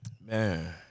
man